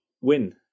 win